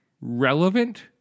relevant